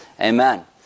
Amen